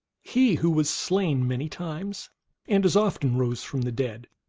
he who was slain many times and as often rose from the dead,